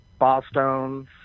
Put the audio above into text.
Ballstones